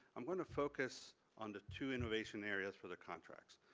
i'm going to focus on the two innovation areas for the contracts